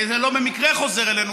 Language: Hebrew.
וזה לא במקרה חוזר אלינו,